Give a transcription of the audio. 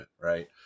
right